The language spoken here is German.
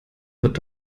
wird